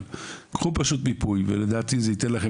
קחו פשוט מיפוי ולדעתי זה ייתן לכם